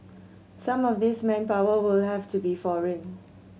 some of this manpower will have to be foreign